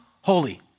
holy